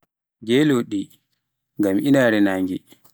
Gelooɗe, ngam inaare nnage.